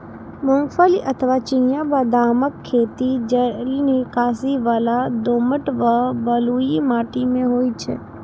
मूंगफली अथवा चिनिया बदामक खेती जलनिकासी बला दोमट व बलुई माटि मे होइ छै